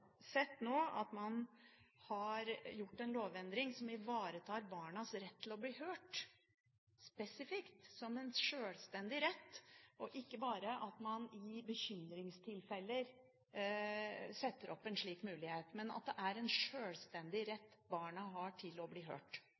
gjort en lovendring som ivaretar barnas rett til å bli hørt – spesifikt, som en sjølstendig rett – og at man ikke bare i bekymringstilfeller setter opp en slik mulighet, men at det er en sjølstendig rett barna har til å bli hørt.